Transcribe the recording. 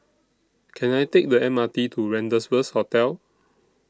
Can I Take The M R T to Rendezvous Hotel